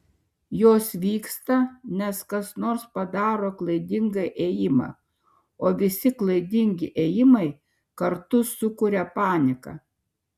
jos vyksta nes kas nors padaro klaidingą ėjimą o visi klaidingi ėjimai kartu sukuria paniką